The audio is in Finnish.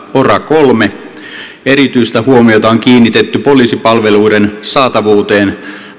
pora kolmessa erityistä huomiota on kiinnitetty poliisipalveluiden saatavuuteen